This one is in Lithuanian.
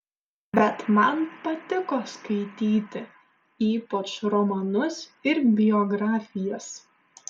bet man patiko skaityti ypač romanus ir biografijas